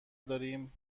داریم